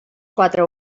quatre